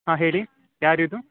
ಹಾಂ ಹೇಳಿ ಯಾರಿದು